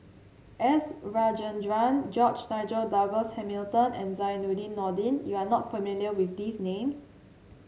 S Rajendran George Nigel Douglas Hamilton and Zainudin Nordin you are not familiar with these names